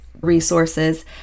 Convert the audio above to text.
resources